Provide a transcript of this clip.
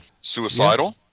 suicidal